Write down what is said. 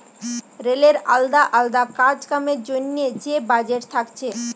রেলের আলদা আলদা কাজ কামের জন্যে যে বাজেট থাকছে